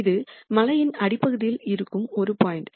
இது மலையின் அடிப்பகுதியில் இருக்கும் ஒரு பாயிண்ட்